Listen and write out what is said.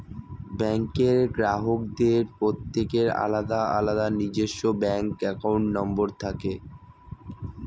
ব্যাঙ্কের গ্রাহকদের প্রত্যেকের আলাদা আলাদা নিজস্ব ব্যাঙ্ক অ্যাকাউন্ট নম্বর থাকে